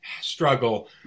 struggle